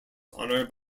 honor